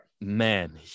man